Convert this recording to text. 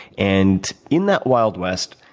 and in that wild west,